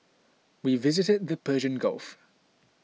we visited the Persian Gulf